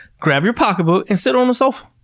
grab your pocketbook, and sit on the sofa.